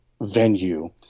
venue